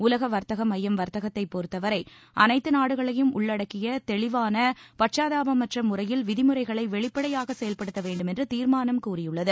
உலக வர்த்தக மையம் வர்த்தகத்தைப் பொறுத்தவரை அனைத்து நாடுகளையும் உள்ளடக்கிய தெளிவாள பட்சபாதமற்ற முறையில் விதிமுறைகளை வெளிப்படையாக செயல்படுத்த வேண்டுமென்று தீர்மானம் கூறியுள்ளது